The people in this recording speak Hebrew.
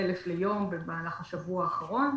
מ-1,000 ליום במהלך השבוע האחרון.